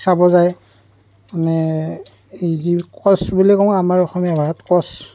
চাব যায় মানে এই যি কচ বুলি কওঁ আমাৰ অসমীয়া ভাষাত কচ